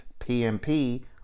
PMP